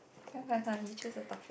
come come come you choose the topic